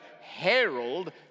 herald